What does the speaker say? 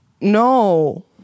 no